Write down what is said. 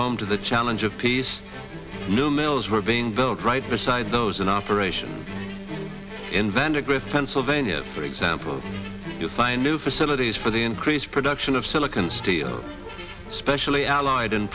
home to the challenge of peace new mills were being built right beside those in operation in vandergrift pennsylvania for example to find new facilities for the increased production of silicon steel especially allied